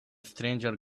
stranger